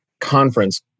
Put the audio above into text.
conference